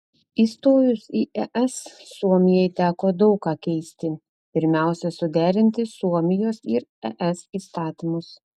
įstojus į es suomijai teko daug ką keisti pirmiausia suderinti suomijos ir es įstatymus